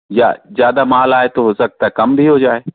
या ज़्यादा माल आए तो हो सकता है कम भी हो जाए